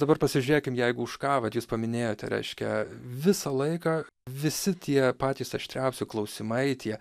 dabar pasižiūrėkim jeigu už ką vat jūs paminėjot reiškia visą laiką visi tie patys aštriausi klausimai tie